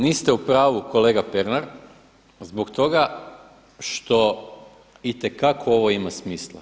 Niste u pravu kolega Pernar zbog toga što itekako ovo ima smisla.